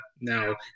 now